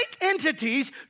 entities